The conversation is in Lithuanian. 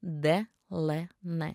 d l n